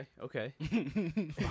Okay